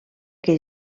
que